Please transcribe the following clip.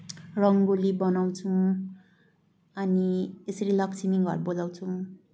रङ्गोली बनाउछौँ अनि यसरी लक्ष्मी घर बोलाउछौँ